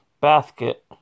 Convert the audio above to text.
basket